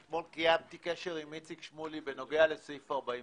אתמול קיימתי קשר עם איציק שמולי בנוגע לסעיף 46,